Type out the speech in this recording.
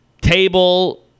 table